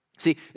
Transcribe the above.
See